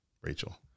Rachel